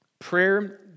prayer